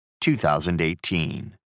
2018